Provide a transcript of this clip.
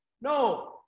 no